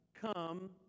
come